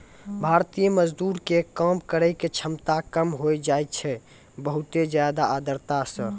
भारतीय मजदूर के काम करै के क्षमता कम होय जाय छै बहुत ज्यादा आर्द्रता सॅ